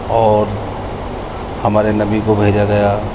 اور ہمارے نبی کو بھیجا گیا